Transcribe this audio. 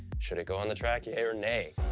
should it go on the track? yay or nay?